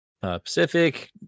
Pacific